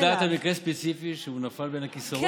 את יודעת על מקרה ספציפי שנפל בין הכיסאות?